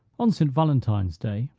on st. valentine's day,